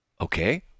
Okay